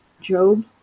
Job